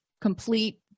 complete